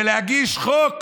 בלהגיש חוק